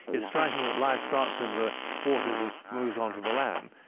it's striking that life starts in the waters and moves onto the land.